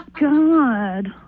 God